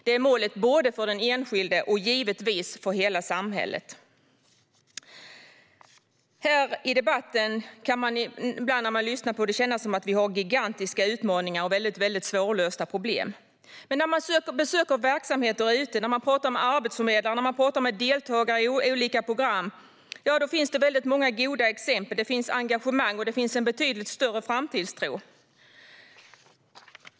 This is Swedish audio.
Detta är målet både för den enskilde och - givetvis - för hela samhället. Den som lyssnar på debatten här i kammaren kan ibland känna det som att vi har gigantiska utmaningar och väldigt svårlösta problem. Men när man är ute och besöker verksamheter, pratar med arbetsförmedlare eller pratar med deltagare i olika program finns det många goda exempel, engagemang och en betydligt större framtidstro.